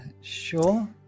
Sure